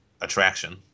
attraction